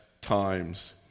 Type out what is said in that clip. times